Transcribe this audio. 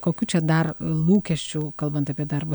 kokių čia dar lūkesčių kalbant apie darbo